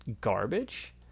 garbage